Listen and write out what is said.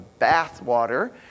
bathwater